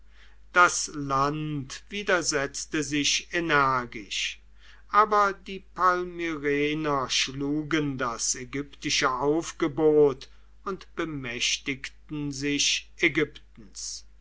das land widersetzte sich energisch aber die palmyrener schlugen das ägyptische aufgebot und bemächtigten sich ägyptens